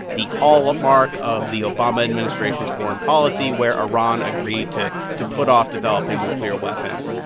the hallmark of the obama administration's foreign policy where iran agreed to to put off developing nuclear weapons.